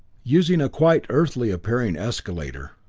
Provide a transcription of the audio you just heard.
using a quite earthly appearing escalator.